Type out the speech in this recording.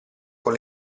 con